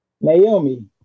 Naomi